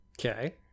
Okay